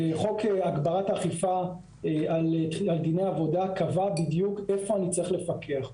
בחוק הגברת אכיפה על דיני עבודה קבע בדיוק איפה אני צריך לפקח.